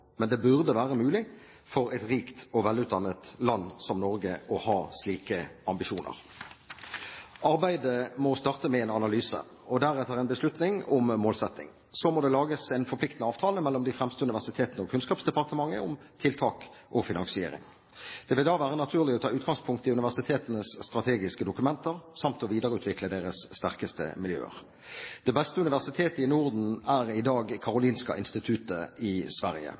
Men det burde være mulig for et rikt og velutdannet land som Norge å ha slike ambisjoner. Arbeidet må starte med en analyse og deretter en beslutning om målsetting, og så må det lages en forpliktende avtale mellom de fremste universitetene og Kunnskapsdepartementet om tiltak og finansiering. Det vil da være naturlig å ta utgangspunkt i universitetenes strategiske dokumenter samt å videreutvikle deres sterkeste miljøer. Det beste universitetet i Norden er i dag Karolinska Institutet i Sverige,